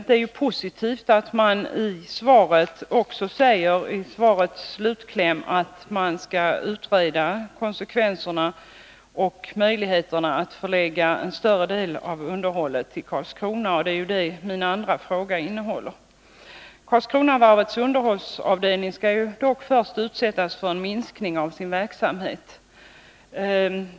Det är positivt att försvarsministern i slutklämmen av sitt svar säger att man skall utreda möjligheterna att förlägga en större del av fartygsunderhållet till Karlskrona. Det är ju det jag efterlyser i min andra fråga. Karlskronavarvets underhållsavdelning skall dock först utsättas för en minskning av sin verksamhet.